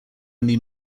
only